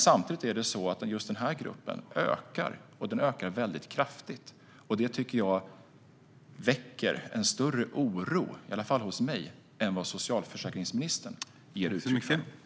Samtidigt är det så att just den här gruppen ökar, och den ökar väldigt kraftigt. Det tycker jag väcker större oro, i alla fall hos mig, än vad socialförsäkringsministern ger uttryck för.